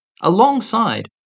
alongside